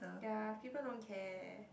ya people don't care